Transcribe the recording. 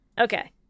Okay